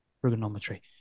trigonometry